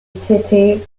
city